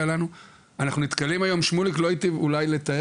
אנחנו קיבלנו 110,000 פניות בתקופת הקורונה.